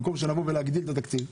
במקום להגדיל את התקציב.